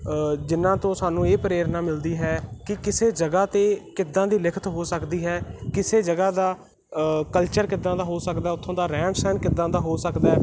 ਜਿਹਨਾਂ ਤੋਂ ਸਾਨੂੰ ਇਹ ਪ੍ਰੇਰਨਾ ਮਿਲਦੀ ਹੈ ਕਿ ਕਿਸੇ ਜਗ੍ਹਾ 'ਤੇ ਕਿੱਦਾਂ ਦੀ ਲਿਖਤ ਹੋ ਸਕਦੀ ਹੈ ਕਿਸੇ ਜਗ੍ਹਾ ਦਾ ਕਲਚਰ ਕਿੱਦਾਂ ਦਾ ਹੋ ਸਕਦਾ ਉੱਥੋਂ ਦਾ ਰਹਿਣ ਸਹਿਣ ਕਿੱਦਾਂ ਦਾ ਹੋ ਸਕਦਾ